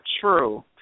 true